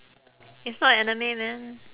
it's not a anime man